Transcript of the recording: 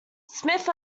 smith